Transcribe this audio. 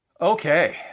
Okay